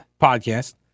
podcast